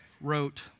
wrote